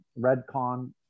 Redcon